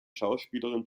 schauspielerin